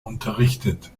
unterrichtet